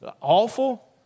Awful